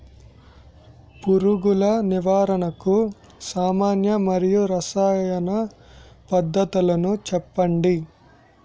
పురుగుల నివారణకు సామాన్య మరియు రసాయన పద్దతులను చెప్పండి?